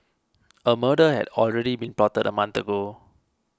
a murder had already been plotted a month ago